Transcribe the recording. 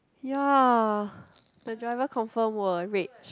ya the driver confirm will rage